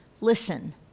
Listen